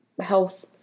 health